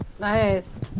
Nice